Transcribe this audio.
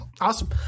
Awesome